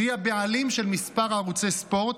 שהיא הבעלים של כמה ערוצי ספורט,